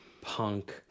punk